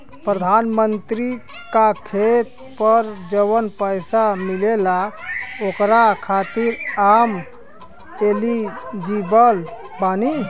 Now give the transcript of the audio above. प्रधानमंत्री का खेत पर जवन पैसा मिलेगा ओकरा खातिन आम एलिजिबल बानी?